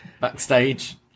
backstage